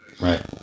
Right